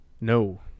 No